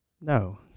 no